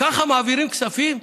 ככה מעבירים כספים?